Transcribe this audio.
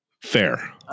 Fair